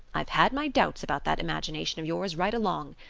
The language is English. i've had my doubts about that imagination of yours right along,